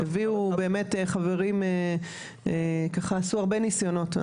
הביאו באמת חברים, ככה עשו הרבה ניסיונות.